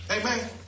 Amen